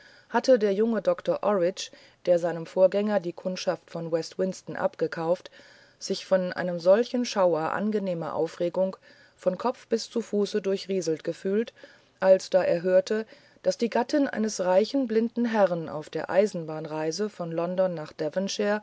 hatte der junge doktor orridge der seinem vorgänger die kundschaft von west winston abgekauft sich von einem solchen schauer angenehmer aufregung vom kopf bis zum fuße durchrieselt gefühlt als da er hörte daß die gattin eines reichen blinden herrn auf der eisenbahnreise von london nach